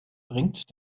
bringt